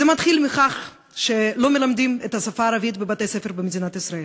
זה מתחיל מכך שלא מלמדים את השפה הערבית בבתי-הספר במדינת ישראל,